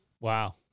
Wow